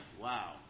wow